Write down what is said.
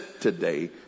today